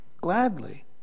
gladly